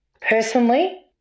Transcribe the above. personally